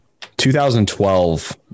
2012